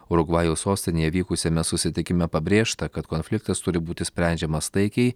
urugvajaus sostinėje vykusiame susitikime pabrėžta kad konfliktas turi būti sprendžiamas taikiai